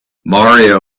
mario